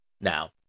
Now